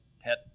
pet